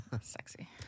Sexy